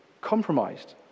compromised